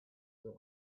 will